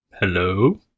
Hello